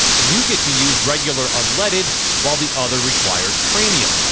you get to use regular unleaded while the other requires premium.